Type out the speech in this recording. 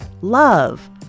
love